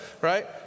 right